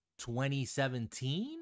2017